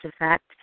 effect